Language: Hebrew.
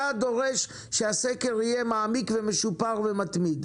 אתה דורש שהסקר יהיה מעמיק ומשופר ומתמיד.